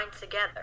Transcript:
together